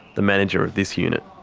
the manager of this unit.